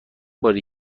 باری